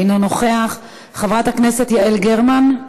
אינו נוכח, חברת הכנסת יעל גרמן,